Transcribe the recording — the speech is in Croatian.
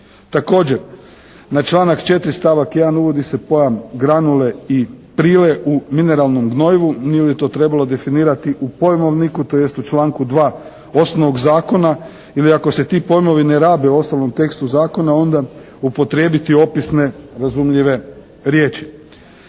Također, na članak 4. stavak 1. uvodi se pojam granule i prile u mineralnom gnojivu. Nije li to trebalo definirati u pojmovniku tj. u članku 2. osnovnog zakona, ili ako se ti pojmovi ne rabe u osnovnom tekstu zakona onda upotrijebiti opisne, razumljive riječi.